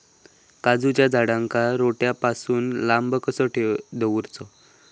काजूच्या झाडांका रोट्या पासून लांब कसो दवरूचो?